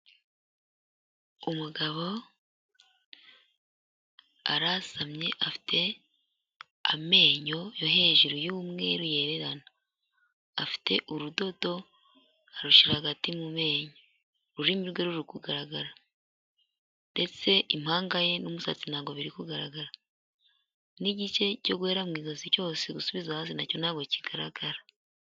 Umugabo arasamye afite amenyo yo hejuru y'umweru yererana afite urudodo arushira hagati mu menyo ururimi rwe ruri kugaragara ndetse impanga ye n'umusatsi ntabwo biri kugaragara n'igice cyo guhera mu izozi cyose gusubiza hasi nacyo ntabwo kigaragara.